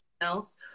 else